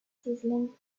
sizzling